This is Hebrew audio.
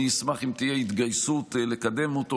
אני אשמח אם תהיה התגייסות לקדם אותו.